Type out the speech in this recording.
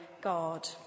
God